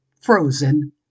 frozen